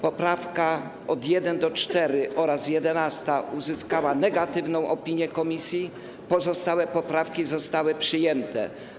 Poprawki od 1. do 4. oraz 11. uzyskały negatywną opinię komisji, pozostałe poprawki zostały przyjęte.